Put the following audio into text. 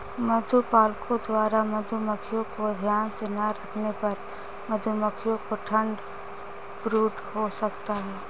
मधुपालकों द्वारा मधुमक्खियों को ध्यान से ना रखने पर मधुमक्खियों को ठंड ब्रूड हो सकता है